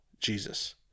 Jesus